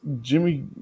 Jimmy